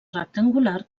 rectangular